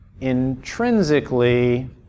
intrinsically